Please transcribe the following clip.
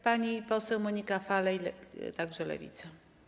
Pani poseł Monika Falej, także Lewica.